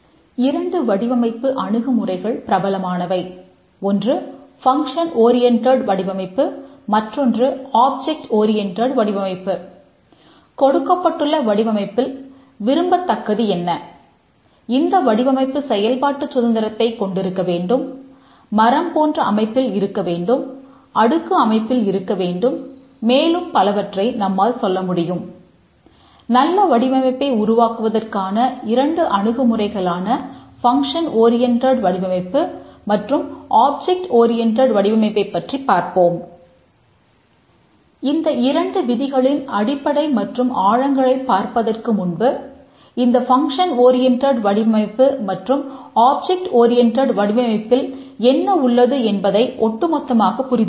இரண்டு வடிவமைப்பு அணுகுமுறைகள் பிரபலமானவை ஒன்று ஃபங்க்ஷன் ஓரியண்டேட் வடிவமைப்பில் என்ன உள்ளது என்பதை ஒட்டுமொத்தமாகப் புரிந்து கொள்வோம்